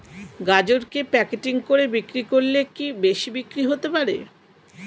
গাজরকে প্যাকেটিং করে বিক্রি করলে কি বেশি বিক্রি হতে পারে?